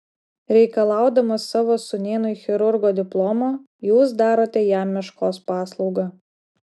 reikalaudamas savo sūnėnui chirurgo diplomo jūs darote jam meškos paslaugą